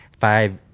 five